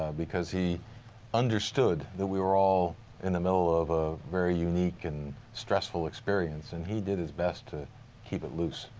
ah he understood that we were all in the middle of a very unique and stressful experience. and he did his best to keep it loose.